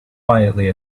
quietly